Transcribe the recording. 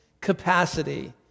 capacity